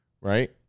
right